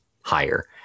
higher